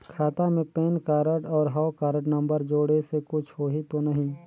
खाता मे pan card और हव कारड नंबर जोड़े से कुछ होही तो नइ?